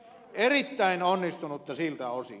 erittäin onnistunutta siltä osin